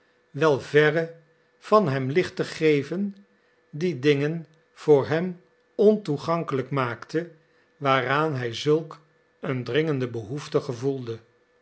wel verre van hem licht te geven die dingen voor hem ontoegankelijk maakte waaraan hij zulk een dringende behoefte gevoelde